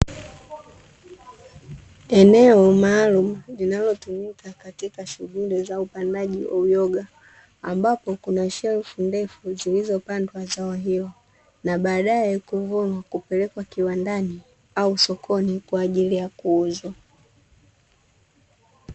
Eneo maalumu linalotumika katika shughuli za upandaji uyoga, ambapo kuna shelfu ndefu zilizopandwa zao hilo. Na baadae kuvunwa kupelekwa kiwandani au sokoni kwa ajili ya kuuzwa.